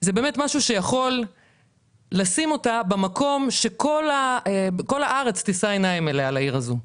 - זה באמת משהו שיכול לשים אותה במקום שכל הארץ תישא עיניים לעיר הזאת.